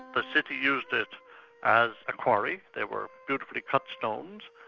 the city used it as a quarry, there were beautifully cut stones,